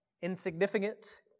insignificant